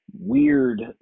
weird